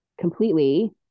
completely